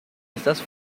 estas